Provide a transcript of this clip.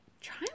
try